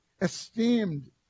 esteemed